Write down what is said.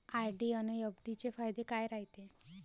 RD अन FD चे फायदे काय रायते?